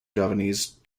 javanese